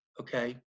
okay